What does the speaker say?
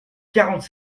quarante